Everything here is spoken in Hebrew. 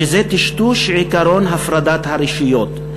שזה טשטוש עקרון הפרדת הרשויות.